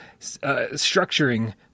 structuring